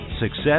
success